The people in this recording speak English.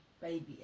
baby